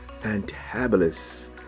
fantabulous